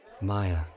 Maya